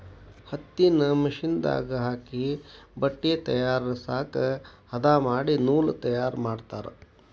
ಹತ್ತಿನ ಮಿಷನ್ ದಾಗ ಹಾಕಿ ಬಟ್ಟೆ ತಯಾರಸಾಕ ಹದಾ ಮಾಡಿ ನೂಲ ತಯಾರ ಮಾಡ್ತಾರ